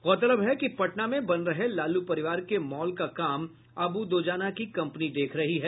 गौरतलब है कि पटना में बन रहे लालू परिवार के मॉल का काम अबु दोजाना की कंपनी देख रही है